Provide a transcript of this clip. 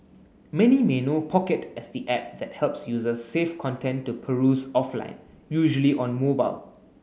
many may know Pocket as the app that helps users save content to peruse offline usually on mobile